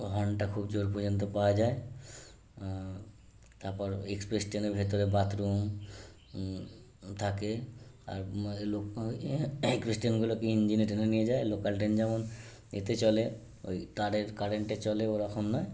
হর্নটা খুব জোর পর্যন্ত পাওয়া যায় তারপর এক্সপ্রেস ট্রেনের ভেতরে বাথরুম থাকে আর এ লোক এক্সপ্রেস টেনগুলোকে ইঞ্জিনে টেনে নিয়ে যায় আর লোকাল ট্রেন যেমন এতে চলে ওই তারের কারেন্টে চলে ওরকম নয়